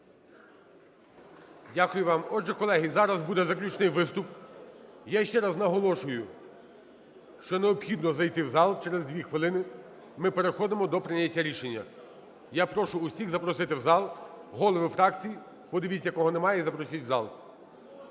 Дякую вам. Отже, колеги, зараз буде заключний виступ. Я ще раз наголошую, що необхідно зайти в зал, через дві хвилини ми переходимо до прийняття рішення. Я прошу усіх запросити в зал. Голови фракцій, подивіться, кого немає, і запросіть в зал.